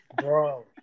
bro